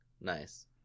Nice